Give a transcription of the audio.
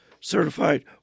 certified